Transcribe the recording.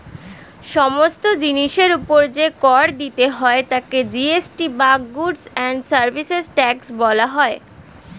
সমস্ত জিনিসের উপর যে কর দিতে হয় তাকে জি.এস.টি বা গুডস্ অ্যান্ড সার্ভিসেস ট্যাক্স বলা হয়